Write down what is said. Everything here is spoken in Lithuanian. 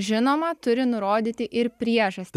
žinoma turi nurodyti ir priežastį